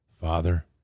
Father